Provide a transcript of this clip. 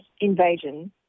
invasion